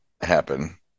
happen